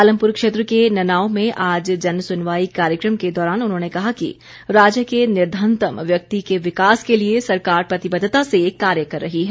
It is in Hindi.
पालमपूर क्षेत्र के ननाओं में आज जन सुनवाई कार्यक्रम के दौरान उन्होंने कहा कि राज्य के निर्धनतम व्यक्ति के विकास के लिए सरकार प्रतिबद्धता से कार्य कर रही है